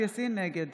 נגד